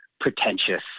pretentious